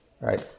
right